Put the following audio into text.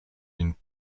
d’une